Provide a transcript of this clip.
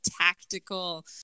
tactical